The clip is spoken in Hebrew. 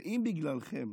ואם בגללכם